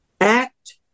Act